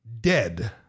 dead